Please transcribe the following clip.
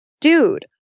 dude